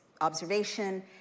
observation